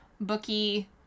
bookie